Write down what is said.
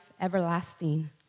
everlasting